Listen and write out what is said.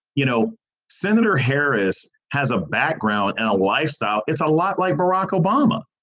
you know senator harris has a background and a lifestyle. it's a lot like barack obama.